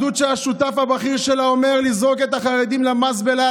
אחדות שהשותף הבכיר שלה אומר לזרוק את החרדים למזבלה,